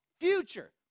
future